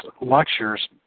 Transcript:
lectures